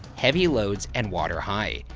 heavy loads and water high.